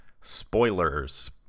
spoilers